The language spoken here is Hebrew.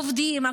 עובדים,